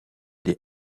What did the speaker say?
des